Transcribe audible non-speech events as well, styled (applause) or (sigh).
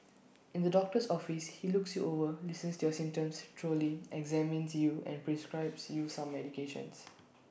(noise) in the doctor's office he looks you over listens to your symptoms thoroughly examines you and prescribes you some medications (noise)